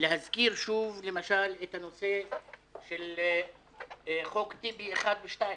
להזכיר שוב, למשל, את הנושא של חוק טיבי 1 ו-2.